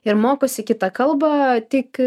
ir mokosi kitą kalbą tik